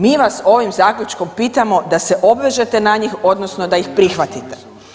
Mi vas ovim zaključkom pitamo da se obvežete na njih odnosno da ih prihvatite.